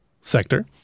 sector